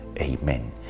Amen